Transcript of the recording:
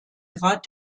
grad